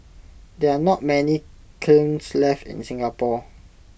there are not many kilns left in Singapore